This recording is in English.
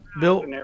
Bill